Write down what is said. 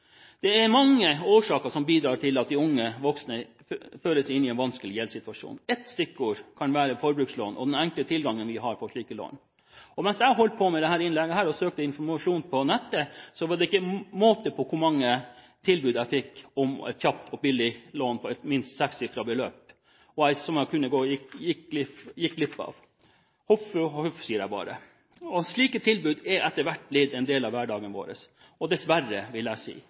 tillegg flytter mange hjemmefra og får flere utgifter. Det har også med holdninger i samfunnet å gjøre. Normen er å låne penger hvis du ikke har penger her og nå.» Det er mye som bidrar til at de unge voksne føres inn i en vanskelig gjeldssituasjon. Ett stikkord kan være «forbrukslån» og den enkle tilgangen vi har til slike lån. Mens jeg holdt på med dette innlegget og søkte informasjon på nettet, var det ikke måte på hvor mange tilbud jeg fikk om et kjapt og billig lån på minst et sekssifret beløp, og som jeg gikk glipp av. Huff og huff, sier jeg bare. Slike tilbud er etter hvert blitt en del